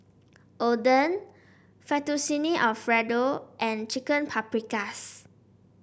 Oden Fettuccine Alfredo and Chicken Paprikas